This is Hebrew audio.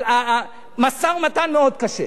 אבל משא-ומתן מאוד קשה.